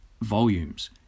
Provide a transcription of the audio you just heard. volumes